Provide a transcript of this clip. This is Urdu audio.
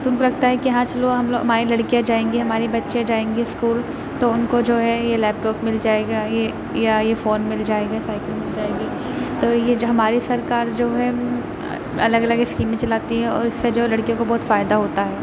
تو ان کو لگتا ہے کہ ہاں چلو ہماری لڑکیاں جائیں گی ہماری بچیاں جائیں گی اسکول تو ان کو جو ہے یہ لیپ ٹاپ مل جائے گا یہ یا یہ فون مل جائے گا سائیکل مل جائے گی تو یہ جو ہماری سرکار جو ہے الگ الگ اسکیمیں چلاتی ہے اور اس سے جو ہے لڑکیوں کو بہت فائدہ ہوتا ہے